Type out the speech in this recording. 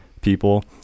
people